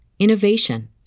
innovation